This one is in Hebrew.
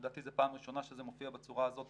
לדעתי זו פעם ראשונה שזה מופיע בצורה הזאת